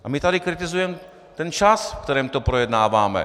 A my tady kritizujeme ten čas, ve kterém to projednáváme.